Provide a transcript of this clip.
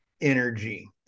energy